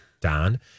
Don